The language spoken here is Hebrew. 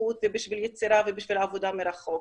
התפתחות ובשביל יצירה ובשביל עבודה מרחוק.